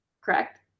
correct